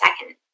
second